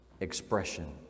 expression